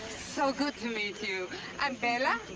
so good to meet you i'm bella.